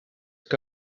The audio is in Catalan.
que